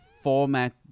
format